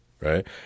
right